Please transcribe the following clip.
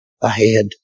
ahead